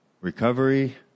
recovery